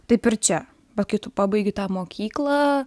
taip ir čia bet kai tu pabaigi tą mokyklą